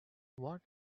what